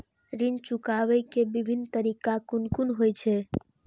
ऋण चुकाबे के विभिन्न तरीका कुन कुन होय छे?